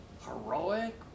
heroic